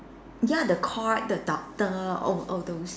ya the court the doctor all all those